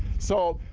so,